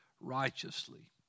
righteously